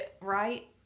Right